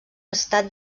estat